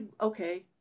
Okay